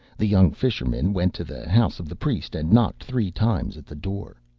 the young fisherman went to the house of the priest and knocked three times at the door.